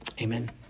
Amen